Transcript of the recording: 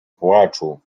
płaczu